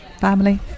family